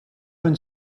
and